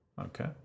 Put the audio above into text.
Okay